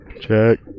Check